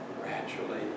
gradually